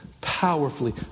powerfully